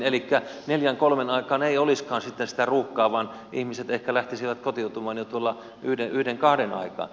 elikkä neljän kolmen aikaan ei olisikaan sitten sitä ruuhkaa vaan ihmiset ehkä lähtisivät kotiutumaan jo tuolla yhden kahden aikaan